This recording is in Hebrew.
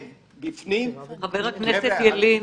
חבר הכנסת ילין,